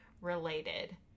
related